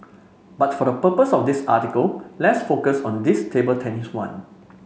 but for the purpose of this article let's focus on this table tennis one